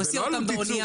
הוא מסיע אותן באונייה.